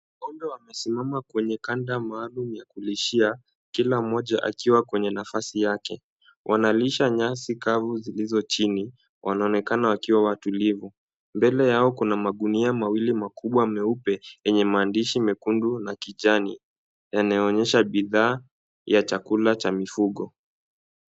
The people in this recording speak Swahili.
Ng'ombe wamesimama kwenye kanda maalum ya kulishia, kila mmoja akiwa kwenye nafasi yake. Wanalisha nyasi kavu zilizo chini. Wanaonekana wakiwa watulivu. Mbele yao kuna magunia mawili makubwa meupe, yenye maandishi mekundu na kijani, yanayoonyesha bidhaa ya chakula cha mifugo.